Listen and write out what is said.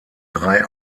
drei